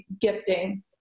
gifting